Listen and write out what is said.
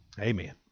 amen